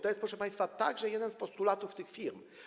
To jest, proszę państwa, także jeden z postulatów tych firm.